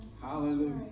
Hallelujah